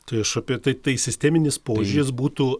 tai aš apie tai tai sisteminis požiūris būtų